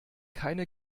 keine